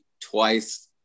twice